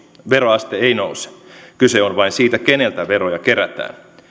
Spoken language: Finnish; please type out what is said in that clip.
veroaste ei nouse kyse on vain siitä keneltä veroja kerätään